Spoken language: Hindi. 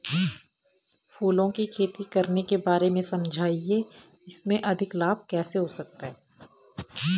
फूलों की खेती करने के बारे में समझाइये इसमें अधिक लाभ कैसे हो सकता है?